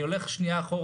אני הולך אחורה,